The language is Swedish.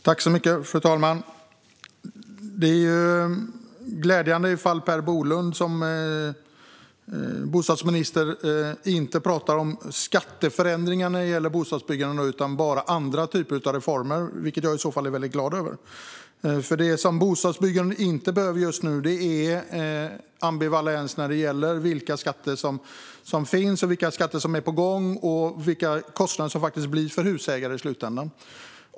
Fru talman! Det är glädjande om Per Bolund, som är bostadsminister, nu inte talar om skatteförändringar när det gäller bostadsbyggande utan bara om andra typer av reformer. Jag är glad för det, för vad bostadsbyggandet inte behöver just nu är ambivalens när det gäller vilka skatter som finns, vilka skatter som är på gång och vilka kostnader det faktiskt blir för husägare i slutändan.